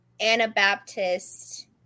Anabaptist